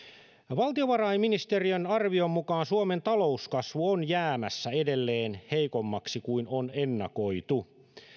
valtiovarainministeriön arvion mukaan suomen talouskasvu on jäämässä edelleen heikommaksi kuin on ennakoitu